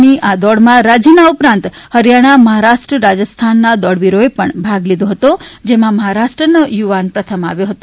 ની આ દોડમાં રાજ્યના ઉપરાંત હરિયાણા મહારાષ્ટ્ર રાજસ્થાનના દોડવીરોએ ભાગ લીધો હતો જેમાં મહારાષ્ટ્રનો યુવાન પ્રથમ આવ્યો હતો